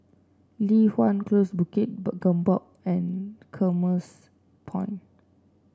Li Hwan Close Bukit Gombak and Commerce Point